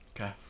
Okay